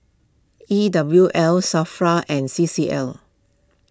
E W L Safra and C C L